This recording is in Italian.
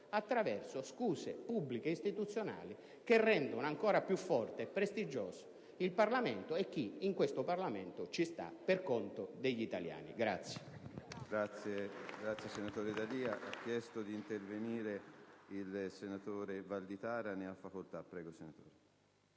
attraverso scuse pubbliche istituzionali che rendano ancora più forte e prestigioso il Parlamento e chi in questo Parlamento ci sta per conto degli italiani.